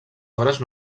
obres